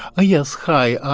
ah yes, hi.